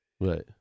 Right